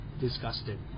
disgusted